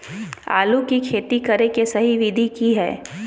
आलू के खेती करें के सही विधि की हय?